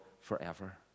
forever